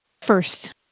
First